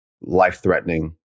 life-threatening